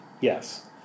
yes